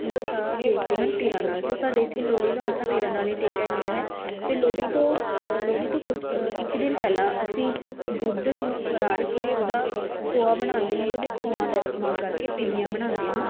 ਮੱਥਾ ਟੇਕਦੇ ਹਨ ਤਿਲਾਂ ਨਾਲ ਅਤੇ ਸਾਡੇ ਇੱਥੇ ਲੋਹੜੀ ਦਾ ਮੱਥਾ ਤਿਲਾਂ ਨਾਲ ਹੀ ਟੇਕਿਆ ਜਾਂਦਾ ਹੈ ਅਤੇ ਲੋਹੜੀ ਤੋਂ ਲੋਹੜੀ ਤੋਂ ਕੁਝ ਇੱਕ ਦਿਨ ਪਹਿਲਾਂ ਅਸੀਂ ਦੁੱਧ ਨੂੰ ਰਾੜ ਕੇ ਉਹਦਾ ਖੋਆ ਬਣਾਉਂਦੇ ਹਾਂ ਅਤੇ ਉਹਦਾ ਖੋਆ ਦਾ ਇਸਤੇਮਾਲ ਕਰਕੇ ਪਿੰਨੀਆਂ ਬਣਾਉਂਦੇ ਹਾਂ